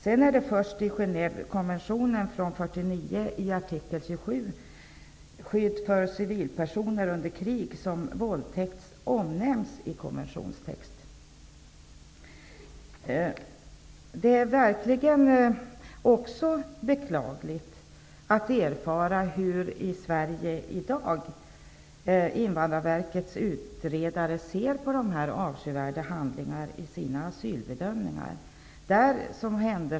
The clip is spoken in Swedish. Det är först i artikel 27 i Genèvekonventionen från 1949, vilken handlar om skydd för civilpersoner under krig, som våldtäkt omnämns i konventionstext. Det är verkligen också beklagligt att erfara hur Invandrarverkets utredare i Sverige i dag ser på dessa avskyvärda handlingar i sina asylbedömningar.